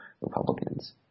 Republicans